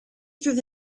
through